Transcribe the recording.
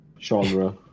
genre